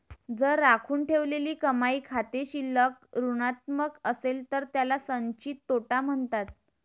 जर राखून ठेवलेली कमाई खाते शिल्लक ऋणात्मक असेल तर त्याला संचित तोटा म्हणतात